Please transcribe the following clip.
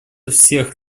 всех